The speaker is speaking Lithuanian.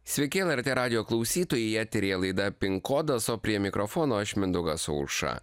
sveiki lrt radijo klausytojai eteryje laida pin kodas o prie mikrofono aš mindaugas aušra